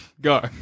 Go